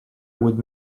would